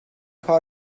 کار